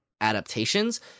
adaptations